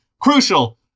crucial